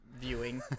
viewing